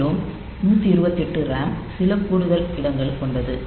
மேல் 128 RAM சில கூடுதல் இடங்கள் கொண்டது